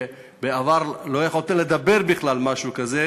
בעבר לא יכולת לדבר בכלל על משהו כזה,